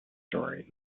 story